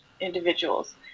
individuals